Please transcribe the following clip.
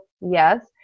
yes